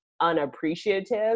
unappreciative